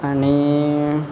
आनी